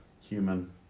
human